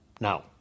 now